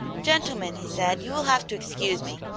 gentlemen, he said, you will have to excuse me.